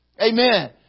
Amen